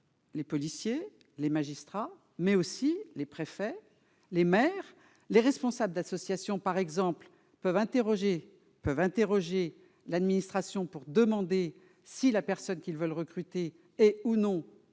Les policiers, les magistrats, mais aussi les préfets, les maires, les responsables d'associations, par exemple, peuvent interroger peuvent interroger l'administration pour demander si la personne qu'ils veulent recruter et ou non